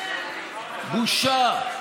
בושה.